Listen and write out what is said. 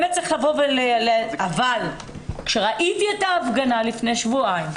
אבל כשראיתי את ההפגנה לפני שבועיים,